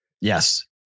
Yes